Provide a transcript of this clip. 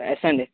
yes అండి